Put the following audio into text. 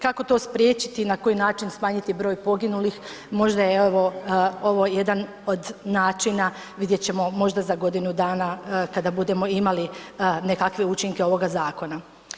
Kako to spriječiti i na koji način smanjiti broj poginulih možda je evo ovo jedan od načina, vidjeti ćemo možda za godinu dana kada budemo imali nekakve učinke ovoga zakona.